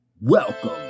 Welcome